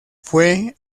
fue